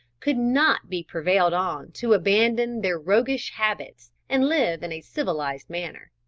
could not be prevailed on to abandon their roguish habits and live in a civilised manner.